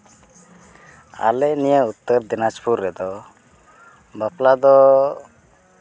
ᱟᱞᱮ ᱱᱚᱣᱟ ᱩᱛᱛᱚᱨ ᱫᱤᱱᱟᱡᱽᱯᱩᱨ ᱨᱮᱫᱚ ᱵᱟᱯᱞᱟ ᱫᱚ